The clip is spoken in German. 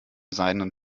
seidenen